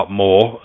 more